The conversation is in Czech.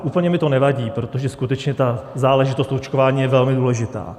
Úplně mi to nevadí, protože skutečně ta záležitost očkování je velmi důležitá.